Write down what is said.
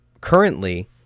Currently